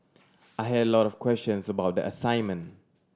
I had a lot of questions about the assignment